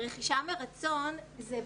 ‏רכישה מרצון זה